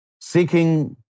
seeking